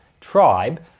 tribe